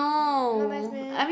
not nice meh